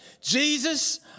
Jesus